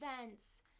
events